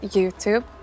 Youtube